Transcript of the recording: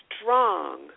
strong